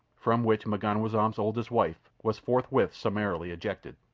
from which m'ganwazam's oldest wife was forthwith summarily ejected,